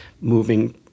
moving